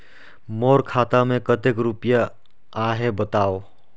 मोर खाता मे कतेक रुपिया आहे बताव?